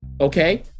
okay